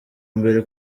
mbere